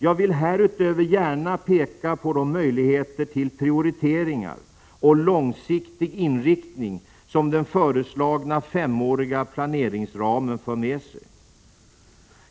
Jag vill härutöver gärna peka på de möjligheter till prioriteringar och långsiktig inriktning som den föreslagna femåriga planeringsramen för med sig.